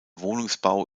wohnungsbau